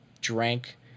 drank